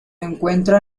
encuentra